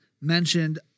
mentioned